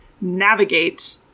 navigate